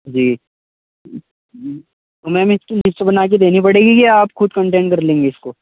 جی ma'am اس کی list بنا کے دینی پڑے گی یا آپ خود کنٹینٹ کر لیں گے اس کو